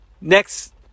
Next